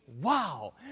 Wow